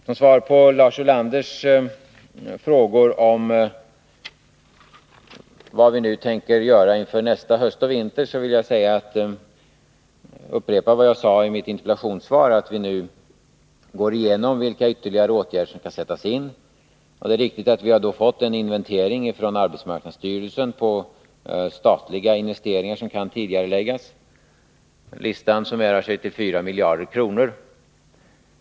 Som svar på Lars Ulanders frågor om vad vi nu tänker göra inför nästa höst och vinter vill jag upprepa vad jag sade i mitt interpellationssvar, att vi nu går igenom vilka ytterligare åtgärder som skall sättas in. Det är riktigt att vi har fått en inventering från arbetsmarknadsstyrelsen av statliga investeringar som kan tidigareläggas. Summan av kostnaderna för åtgärderna på listan uppgår till 24 miljarder kronor.